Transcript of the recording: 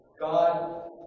God